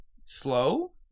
slow